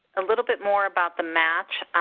a little bit more about the match.